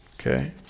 Okay